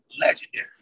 legendary